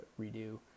redo